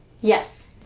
yes